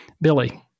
Billy